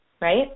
right